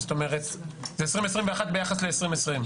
זאת אומרת זה 2021 ביחס ל2020.